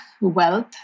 wealth